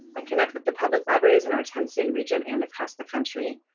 i connect with the public libraries in our ten state region and across the country.